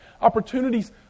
opportunities